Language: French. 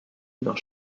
dans